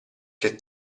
che